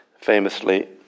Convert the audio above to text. Famously